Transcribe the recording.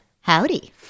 Howdy